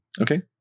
okay